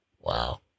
Wow